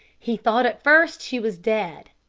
he thought at first she was dead,